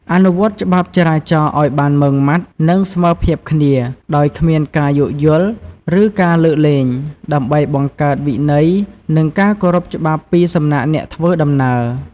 អនុវត្តច្បាប់ចរាចរណ៍ឱ្យបានម៉ឺងម៉ាត់ និងស្មើភាពគ្នា ដោយគ្មានការយោគយល់ ឬការលើកលែង ដើម្បីបង្កើតវិន័យ និងការគោរពច្បាប់ពីសំណាក់អ្នកធ្វើដំណើរ។